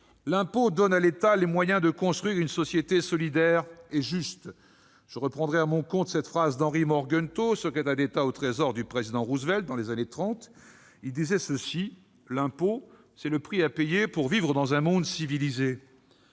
L'impôt donne à l'État les moyens de construire une société solidaire et juste. Je reprendrai à mon compte cette phrase d'Henry Morgenthau, secrétaire d'État au trésor du président Roosevelt dans les années 1930 :« Les impôts sont le prix à payer pour une société civilisée.